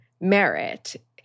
merit